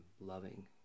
loving